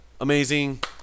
amazing